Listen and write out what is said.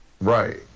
Right